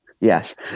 Yes